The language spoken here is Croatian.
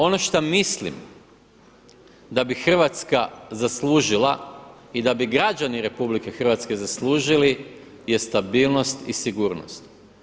Ono šta mislim da bi Hrvatska zaslužila i da bi građani RH zaslužili je stabilnost i sigurnost.